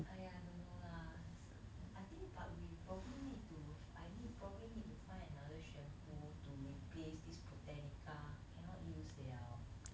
!aiya! I don't know lah I think but we probably need to I need probably need to find another shampoo to replace this botanica cannot use liao